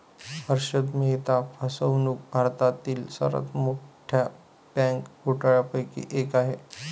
हर्षद मेहता फसवणूक भारतातील सर्वात मोठ्या बँक घोटाळ्यांपैकी एक आहे